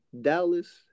Dallas